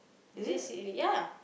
he just say only yeah